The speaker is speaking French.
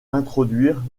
introduire